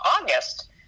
August